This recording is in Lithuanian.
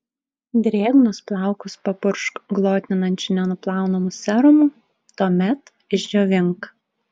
drėgnus plaukus papurkšk glotninančiu nenuplaunamu serumu tuomet išdžiovink